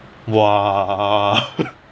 !wah!